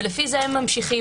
לפי זה ממשיכים